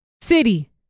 city